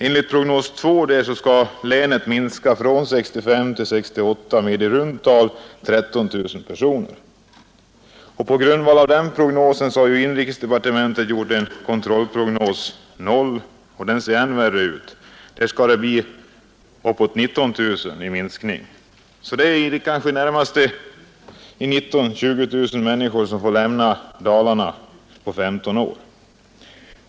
Enligt prognos 2 skall länet minska från 1965 till 1980 med i runt tal 13 000 personer. På grundval av denna prognos har inrikesdepartementet gjort en kontrollprognos 0, enligt vilken befolkningen skall minska med omkring 19 000. I det närmaste 19 000-20 000 människor får alltså lämna Dalarna på 15 år.